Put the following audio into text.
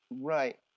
right